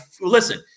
Listen